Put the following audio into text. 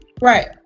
right